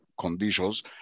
conditions